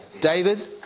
David